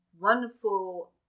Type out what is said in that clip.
wonderful